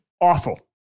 awful